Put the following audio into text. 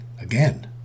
again